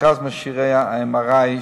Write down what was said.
מכרז מכשירי ה-MRI,